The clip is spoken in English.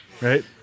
Right